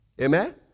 Amen